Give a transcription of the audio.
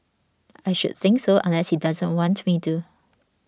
I should think so unless he doesn't want me to